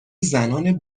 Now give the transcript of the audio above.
زنان